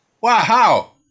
Wow